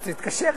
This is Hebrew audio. אז תתקשר כבר.